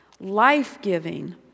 life-giving